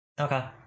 Okay